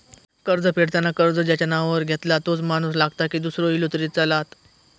कर्ज फेडताना कर्ज ज्याच्या नावावर घेतला तोच माणूस लागता की दूसरो इलो तरी चलात?